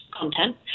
content